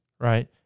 right